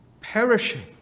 perishing